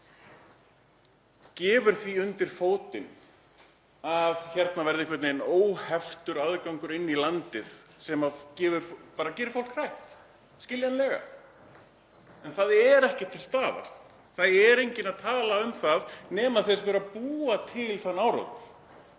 gefur því undir fótinn að hérna verði einhvern veginn óheftur aðgangur inn í landið sem gerir fólk hrætt, skiljanlega. En það er ekki til staðar. Það er enginn að tala um það nema þeir sem eru að búa til þann áróður.